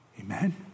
Amen